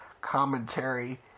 commentary